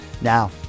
Now